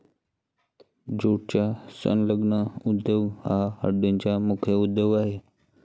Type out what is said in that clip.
ज्यूटचा संलग्न उद्योग हा डंडीचा मुख्य उद्योग आहे